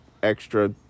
extra